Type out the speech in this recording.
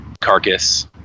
carcass